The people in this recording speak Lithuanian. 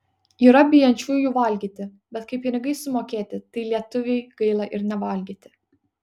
yra bijančiųjų valgyti bet kai pinigai sumokėti tai lietuviui gaila ir nevalgyti